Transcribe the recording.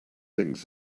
things